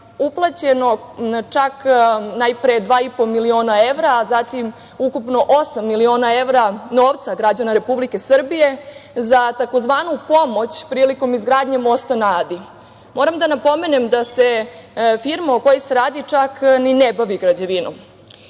uplaćeno na čak 2,5 miliona evra, a zatim ukupno osam miliona evra novca građana Republike Srbije za tzv. pomoć prilikom izgradnje mosta na Adi. Moram da napomenem da se firma koja se pominje, čak ni ne bavi građevinom.